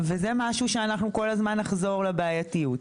וזה משהו שאנחנו כל הזמן נחזור לבעייתיות.